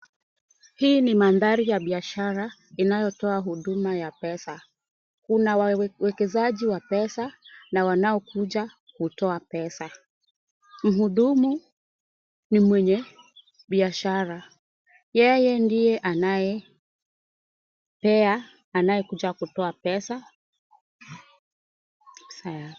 Hii ni mandhari ya biashara inayotoa huduma ya pesa, kuna wawekezaji wa pesa na wanaokuja kutoa pesa. Mhudumu ni mwenye biashara. Yeye ndiye anayekuja kutoa pesa.